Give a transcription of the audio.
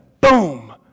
boom